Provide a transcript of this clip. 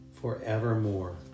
forevermore